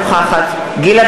נוכחת גילה